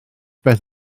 beth